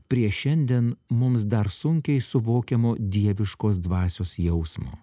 prieš šiandien mums dar sunkiai suvokiamo dieviškos dvasios jausmo